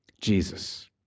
Jesus